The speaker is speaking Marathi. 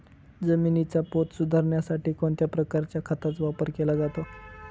जमिनीचा पोत सुधारण्यासाठी कोणत्या प्रकारच्या खताचा वापर केला जातो?